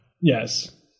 Yes